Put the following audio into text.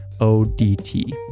ODT